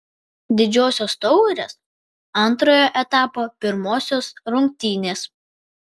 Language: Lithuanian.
didžiosios taurės antrojo etapo pirmosios rungtynės